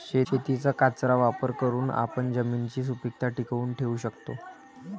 शेतीचक्राचा वापर करून आपण जमिनीची सुपीकता टिकवून ठेवू शकतो